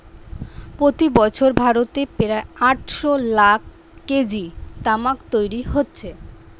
প্রতি বছর ভারতে প্রায় আটশ লাখ কেজি তামাক তৈরি হচ্ছে